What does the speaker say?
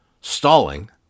Stalling